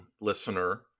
listener